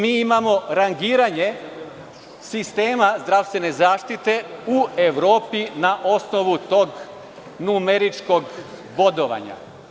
Mi imamo rangiranje sistema zdravstvene zaštite u Evropi, na osnovu tog numeričkog bodovanja.